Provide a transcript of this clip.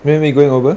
when we're going over